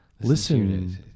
Listen